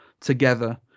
together